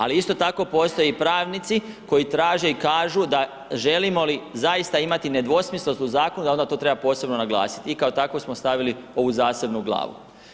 Ali isto tako postoje pravnici koji traže i kažu da želimo li zaista imati nedvosmislenost zakona da onda to treba posebno naglasiti i kao tako smo stavili ovu zasebnu glavu.